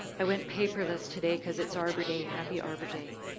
i went paperless today because it's arbour day. happy arbour day.